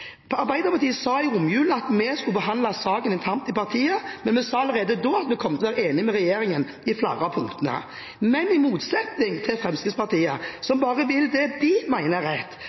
Arbeiderpartiet sa i romjulen at vi skulle behandle saken internt i partiet, men vi sa allerede da at vi kom til å være enige med regjeringen på flere av punktene. Men i motsetning til Fremskrittspartiet, som bare vil det de mener er